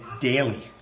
daily